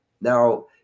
now